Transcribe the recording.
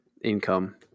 income